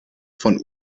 von